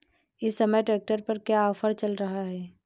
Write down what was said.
इस समय ट्रैक्टर पर क्या ऑफर चल रहा है?